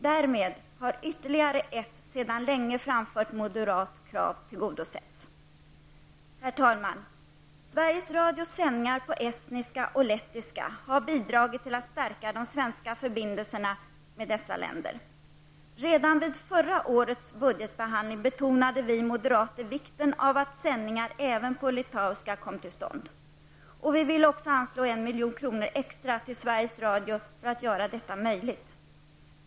Därmed har ytterligare ett sedan länge framfört moderat krav tillgodosetts. Herr talman! Sveriges Radios sändningar på estniska och lettiska har bidragit till att stärka de svenska förbindelserna med Estland och Lettland. Redan vid förra årets budgetbehandling betonade vi moderater vikten av att sändningar även på litauiska kom till stånd. Vi ville också anslå 1 milj.kr. extra till Sveriges Radio för att göra detta möjligt.